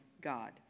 God